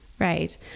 Right